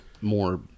more